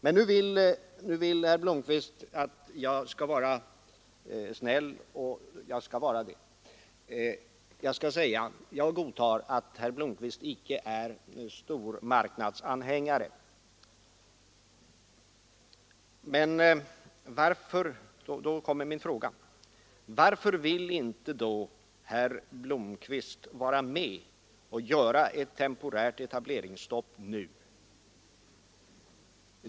Nu vill herr Blomkvist att jag skall vara snäll, och det skall jag vara: jag skall säga att jag godtar att herr Blomkvist inte är extrem stormarknadsanhängare. Men då kommer min fråga: Varför vill herr Blomkvist under sådana förhållanden inte vara med om att nu införa ett temporärt etableringsstopp?